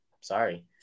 sorry